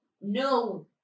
no